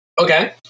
okay